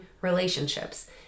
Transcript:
relationships